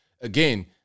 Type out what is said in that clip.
again